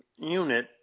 unit